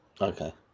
Okay